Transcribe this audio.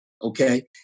Okay